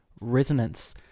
resonance